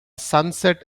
sunset